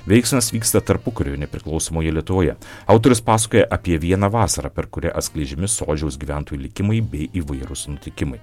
veiksmas vyksta tarpukario nepriklausomoje lietuvoje autorius pasakoja apie vieną vasarą per kurią atskleidžiami sodžiaus gyventojų likimai bei įvairūs nutikimai